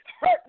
hurt